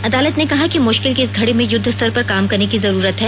अदालत ने कहा कि मुश्किल की इस घड़ी में युद्धस्तर पर काम करने की जरूरत है